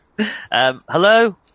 Hello